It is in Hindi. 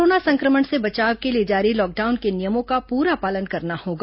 कोरोना संक्रमण से बचाव के लिए जारी लॉकडाउन के नियमों का पूरा पालन करना होगा